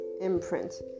imprint